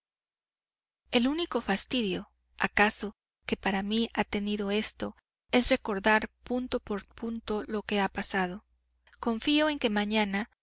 el único fastidio acaso que para mí ha tenido esto es recordar punto por punto lo que ha pasado confío en que mañana